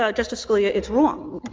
ah justice scalia, it's wrong.